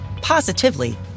positively